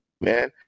man